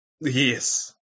Yes